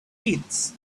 kids